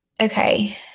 Okay